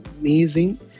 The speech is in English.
amazing